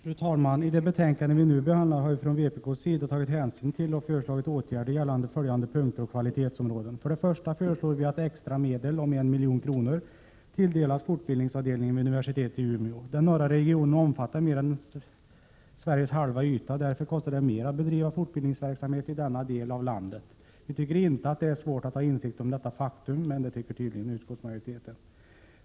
Fru talman! I det betänkande vi nu behandlar har vi från vpk:s sida tagit hänsyn till och föreslagit åtgärder på följande områden. För det första föreslår vi att ytterligare 1 milj.kr. tilldelas fortbildningsavdelningen vid universitetet i Umeå. Den norra regionen omfattar mer än halva Sveriges yta. Därför kostar det mera att bedriva fortbildningsverksamhet i denna del av landet. Vi tycker inte att det är svårt att inse detta faktum, men det tycker tydligen utskottsmajoriteten.